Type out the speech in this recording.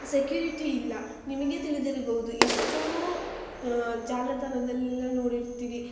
security ಇಲ್ಲ ನಿಮಗೇ ತಿಳಿದಿರಬೋದು ಎಷ್ಟೋ ಜಾಲತಾಣದಲ್ಲೆಲ್ಲ ನೋಡಿರ್ತೀರಿ